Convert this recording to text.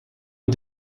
est